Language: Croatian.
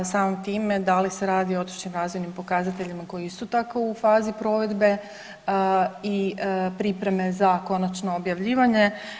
Samim time da li se radi o otočnim razvojnim pokazateljima koji je isto tako u fazi provedbe i pripreme za konačno objavljivanje.